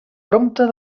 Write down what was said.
prompte